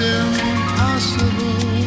impossible